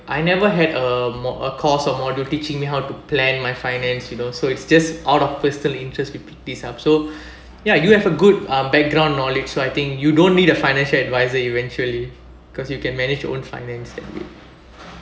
I never had a mo~ a course or module teaching me how to plan my finance you know so it's just out of personal interest we pick these up so ya you have a good uh background knowledge so I think you don't need a financial adviser eventually cause you can manage your own finance